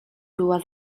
była